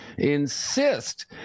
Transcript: insist